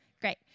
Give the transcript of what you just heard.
Great